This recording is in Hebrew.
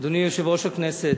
אדוני יושב-ראש הכנסת,